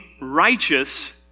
righteous